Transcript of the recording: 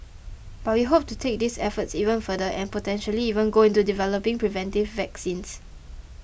but we hope to take these efforts even further and potentially even go into developing preventive vaccines